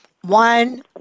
one